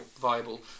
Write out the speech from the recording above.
viable